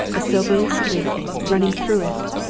a silvery streak, running through it,